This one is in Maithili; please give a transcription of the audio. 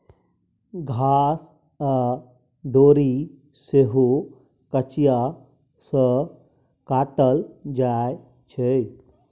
घास आ डोरी सेहो कचिया सँ काटल जाइ छै